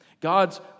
God's